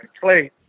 Clay